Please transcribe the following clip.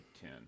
Ten